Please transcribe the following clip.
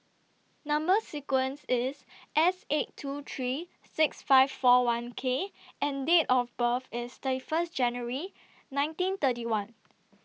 Number sequence IS S eight two three six five four one K and Date of birth IS thirty First January nineteen thirty one